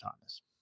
Thomas